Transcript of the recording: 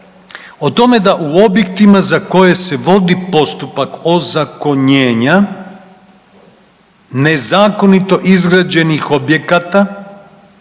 o tome da u objektima za koje se vodi postupak ozakonjenja ne zakonito izgrađenih objekata.